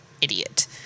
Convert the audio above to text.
idiot